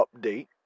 update